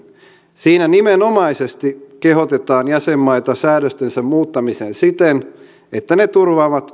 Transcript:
siinä nimenomaisesti kehotetaan jäsenmaita säädöstensä muuttamiseen siten että ne turvaavat